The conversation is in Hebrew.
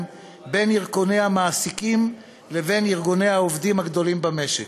בין ארגוני המעסיקים לבין ארגוני העובדים הגדולים במשק.